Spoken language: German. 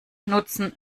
nutzen